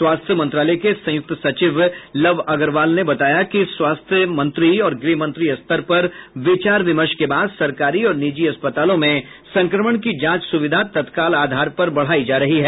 स्वास्थ्य मंत्रालय में संयुक्त सचिव लव अग्रवाल ने बताया कि स्वास्थ्य मंत्री और गृहमंत्री स्तर पर विचार विमर्श के बाद सरकारी और निजी अस्पतालों में संक्रमण की जांच सुविधा तत्काल आधार पर बढ़ाई जा रही है